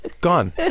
Gone